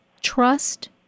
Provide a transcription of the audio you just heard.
trust